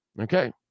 Okay